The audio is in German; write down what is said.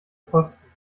kosten